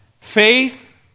Faith